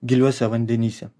giliuose vandenyse